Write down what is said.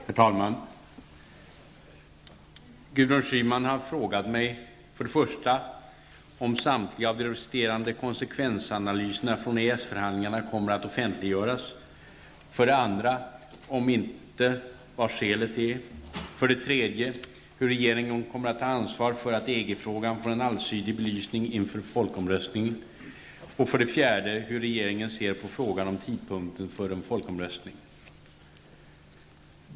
Herr talman! Gudrun Schyman har frågat mig 1. om samtliga av de resterande konsekvensanalyserna från EES-förhandlingarna kommer att offentliggöras, 2. om inte, vad skälet är, 3. hur regeringen kommer att ta ansvar för att EG frågan får en allsidig belysning inför folkomröstningen, 4. hur regeringen ser på frågan om tidpunkten för en folkomröstning.